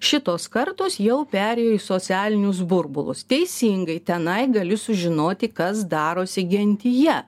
šitos kartos jau perėjo į socialinius burbulus teisingai tenai gali sužinoti kas darosi gentyje